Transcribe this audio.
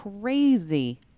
crazy